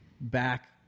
back